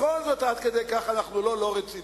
בכל זאת, עד כדי כך אנחנו לא לא-רציניים.